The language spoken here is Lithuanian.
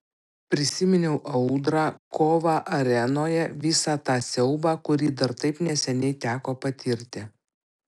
prisiminiau audrą kovą arenoje visą tą siaubą kurį dar taip neseniai teko patirti